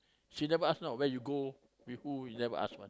she never ask know where you go with who she never ask one